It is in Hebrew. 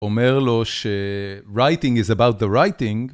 אומר לו ש... writing is about the writing